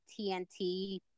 TNT